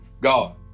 God